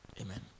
Amen